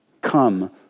come